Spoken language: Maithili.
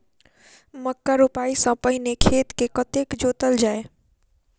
मक्का रोपाइ सँ पहिने खेत केँ कतेक जोतल जाए?